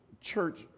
church